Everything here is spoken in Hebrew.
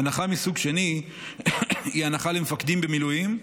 הנחה מסוג שני היא הנחה למפקדים במילואים,